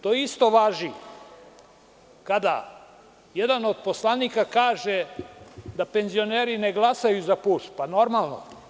To isto važi kada jedan od poslanika kaže da penzioneri ne glasaju za PUPS, pa normalno…